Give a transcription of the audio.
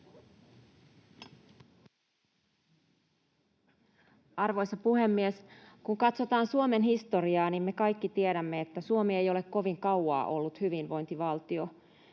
Arvoisa puhemies! Kun katsotaan Suomen historiaa, niin me kaikki tiedämme, että Suomi ei ole kovin kauaa ollut hyvinvointivaltio.